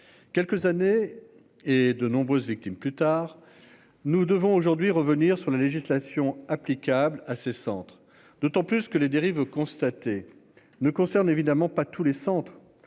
quelques années et de nombreuses victimes plus tard. Nous devons aujourd'hui revenir sur la législation applicable à ces centres d'autant plus que les dérives constatées ne concerne évidemment pas tous les centres,